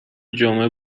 جمعه